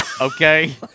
okay